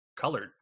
colored